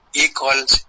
equals